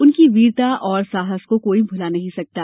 उनकी वीरता और साहस को कोई भुला नहीं सकता